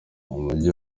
umujyi